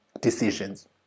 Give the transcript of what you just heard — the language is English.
decisions